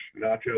nachos